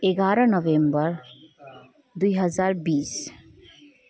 एघार नभेम्बर दुई हजार बिस